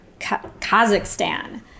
kazakhstan